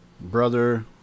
brother